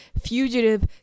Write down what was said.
fugitive